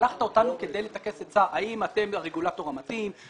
שלחת אותנו כדי לטקס עצה האם אתם הרגולטור המתאים,